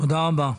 תודה רבה.